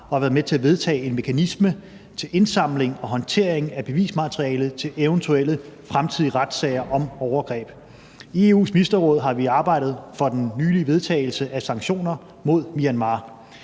og været med til at vedtage en mekanisme til indsamling og håndtering af bevismateriale til eventuelle fremtidige retssager om overgreb. I EU's Ministerråd har vi arbejdet for den nylige vedtagelse af sanktioner mod Myanmar.